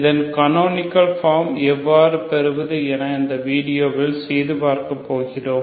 இதன் canonical form எவ்வாறு பெறுவது என இந்த வீடியோவில் செய்து பார்க்கப் போகிறோம்